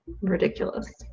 ridiculous